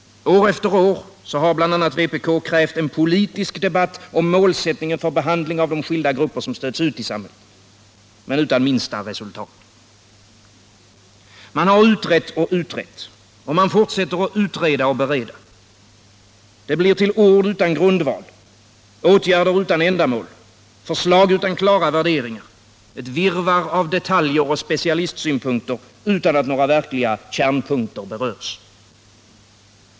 År efter år har bl.a. vpk krävt en politisk debatt om målsättningen för behandling av de skilda grupper som stötts ut i samhället, men utan minsta resultat. Man har utrett och utrett, och man fortsätter att utreda och bereda. Det blir ord utan grundval, åtgärder utan ändamål, förslag utan klara värderingar, ett virrvarr av detaljer och specialistsynpunkter utan att några verkliga kärnpunkter berörs.